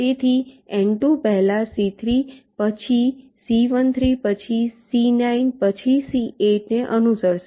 તેથી N2 પહેલા C3 પછી C13 પછી C9 પછી C8ને અનુસરશે